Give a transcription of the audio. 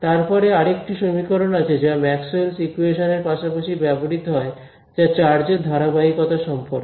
তারপরে আর একটি সমীকরণ রয়েছে যা ম্যাক্সওয়েলস ইকুয়েশনস Maxwell's equations এর পাশাপাশি ব্যবহৃত হয় যা চার্জের ধারাবাহিকতা সম্পর্কে